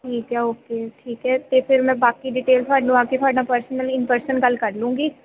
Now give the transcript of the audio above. ਠੀਕ ਹੈ ਓਕੇ ਠੀਕ ਹੈ ਅਤੇ ਫਿਰ ਮੈਂ ਬਾਕੀ ਡੀਟੇਲ ਤੁਹਾਨੂੰ ਆ ਕੇ ਤੁਹਾਡੇ ਨਾਲ਼ ਪਰਸਨਲੀ ਪਰਸਨਲੀ ਗੱਲ ਕਰ ਲਵਾਂਗੀ